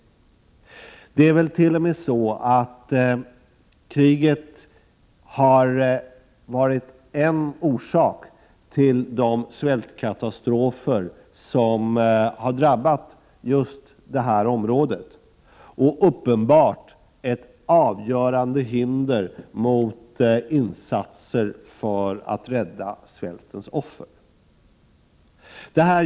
Man kan väl t.o.m. säga att kriget är en av orsakerna till de svältkatastrofer som har drabbat just det här området. Det är uppenbart att kriget har varit ett avgörande hinder när det gäller insatserna för att rädda svältens offer.